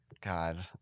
God